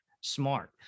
smart